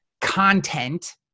content